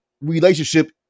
relationship